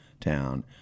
town